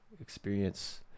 experience